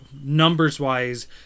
numbers-wise